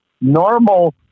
normal